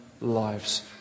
lives